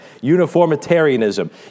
Uniformitarianism